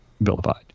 vilified